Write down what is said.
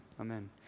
Amen